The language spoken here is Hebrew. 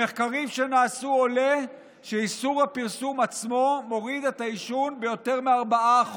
ממחקרים שנעשו עולה שאיסור הפרסום עצמו מוריד את העישון ביותר מ-4%.